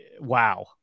wow